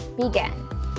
begin